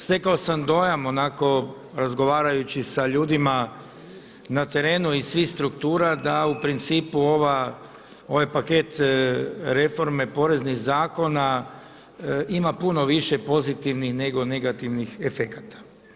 Stekao sam dojam onako razgovarajući sa ljudima na terenu iz svih struktura da u principu ovaj paket reforme poreznih zakona ima puno više pozitivnih nego negativnih efekata.